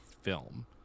film